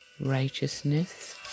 righteousness